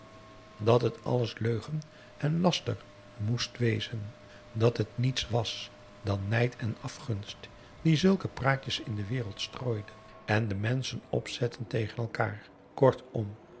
dat het alles leugen en laster moest wezen dat het niets was dan nijd en afgunst die zulke praatjes in de wereld strooiden en de menschen opzetten tegen elkaar